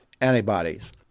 antibodies